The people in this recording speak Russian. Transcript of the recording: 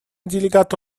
делегату